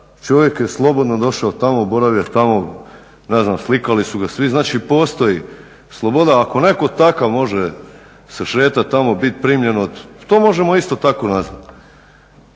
čovjek je slobodno došao tamo, boravio tamo, ne znam, slikali su ga svi, znači postoji sloboda, ako netko takav može se šetati tamo, biti primljen od, to možemo isto tako nazvati.